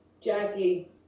Jackie